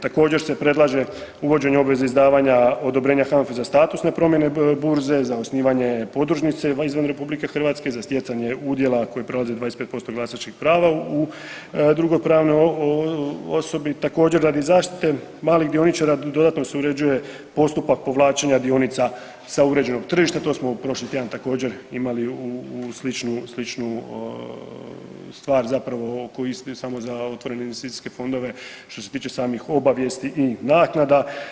Također se predlaže uvođenje obveznog izdavanja odobrenja HANFA-e za statusne promjene burze, za osnivanje podružnice izvan RH, za stjecanje udjela koji prelaze 25% glasačkih prava u drugoj pravnoj osobi, također radi zaštite malih dioničara dodatno se uređuje postupak povlačenja dionica sa uređenog tržišta, to smo prošli tjedan također imali sličnu, sličnu stvar zapravo koji je isti samo za otvorene investicijske fondove što se tiče samih obavijesti i naknada.